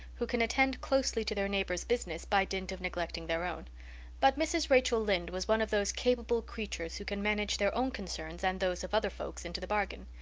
who can attend closely to their neighbor's business by dint of neglecting their own but mrs. rachel lynde was one of those capable creatures who can manage their own concerns and those of other folks into the bargain.